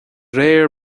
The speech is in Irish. réir